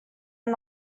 i’m